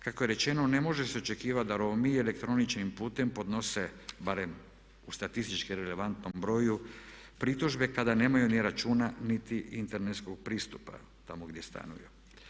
Kako je rečeno, ne može se očekivati da Romi elektroničkim putem podnose barem u statistički relevantnom broju pritužbe kada nemaju ni računa niti internetskog pristupa tamo gdje stanuju.